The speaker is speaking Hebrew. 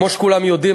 כמו שכולם יודעים,